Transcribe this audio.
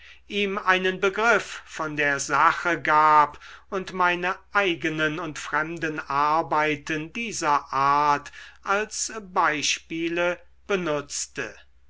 ihm einen begriff von der sache gab und meine eigenen und fremden arbeiten dieser art als beispiele benutzte